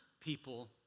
people